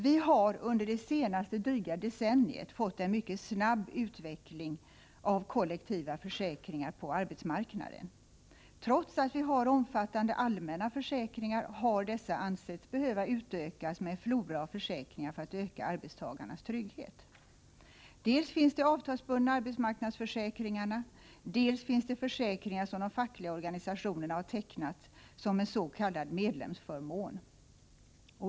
Vi har under det senaste dryga decenniet fått en mycket snabb utveckling av kollektiva försäkringar på arbetsmarknaden. Trots att vi har omfattande allmänna försäkringar har dessa ansetts behöva utökas med en flora av försäkringar för att öka arbetstagarnas trygghet. Dels finns de avtalsbundna arbetsmarknadsförsäkringarna, dels finns det försäkringar som de fackliga organisationerna har tecknat som en s.k. medlemsförmån.